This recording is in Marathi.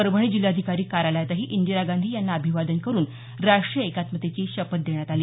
परभणी जिल्हाधिकारी कार्यालयातही इंदिरा गांधी यांना अभिवादन करून राष्ट्रीय एकात्मतेची शपथ घेण्यात आली